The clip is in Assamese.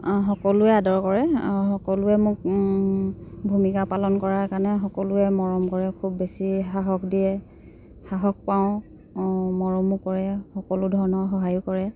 সকলোৱে আদৰ কৰে সকলোৱে মোক ভূমিকা পালন কৰাৰ কাৰণে সকলোৱে মৰম কৰে খুব বেছি সাহস দিয়ে সাহস পাওঁ মৰমো কৰে সকলো ধৰণৰ সহায়ো কৰে